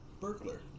burglar